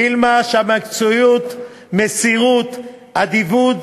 וילמה, שהמקצועיות, המסירות והאדיבות